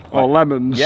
or lemons yeah